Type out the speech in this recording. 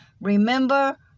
Remember